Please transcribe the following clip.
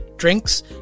Drinks